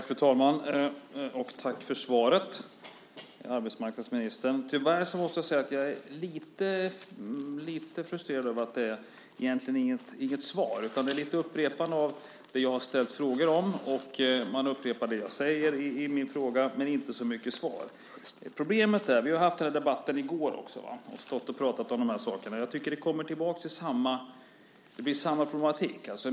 Fru talman! Tack för svaret, arbetsmarknadsministern! Tyvärr måste jag säga att jag är lite frustrerad över att det egentligen inte är något svar. Det är lite upprepande av det som jag har ställt frågor om. Man upprepar det jag säger i min fråga, men det är inte så mycket svar. Vi hade den här debatten i går också och stod och pratade om de här sakerna. Jag tycker att det blir samma problematik.